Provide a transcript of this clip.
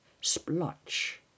splotch